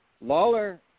Lawler